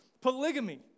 Polygamy